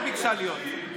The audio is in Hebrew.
היא ביקשה להיות.